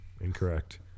Incorrect